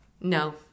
No